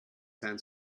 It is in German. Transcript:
sein